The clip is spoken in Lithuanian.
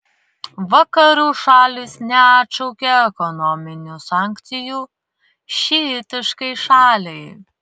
vakarų šalys neatšaukė ekonominių sankcijų šiitiškai šaliai